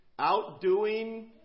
outdoing